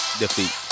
defeat